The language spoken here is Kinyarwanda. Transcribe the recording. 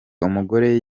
umugore